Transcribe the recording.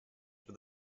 were